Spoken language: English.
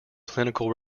clinical